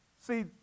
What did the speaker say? see